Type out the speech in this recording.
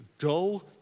go